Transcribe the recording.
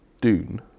Dune